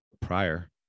prior